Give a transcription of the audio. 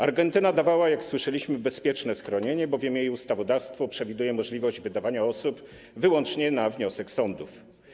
Argentyna dawała, jak słyszeliśmy, bezpieczne schronienie, bowiem jej ustawodawstwo przewiduje możliwość wydawania osób wyłącznie na wniosek sądów.